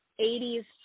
80s